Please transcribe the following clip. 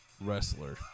wrestler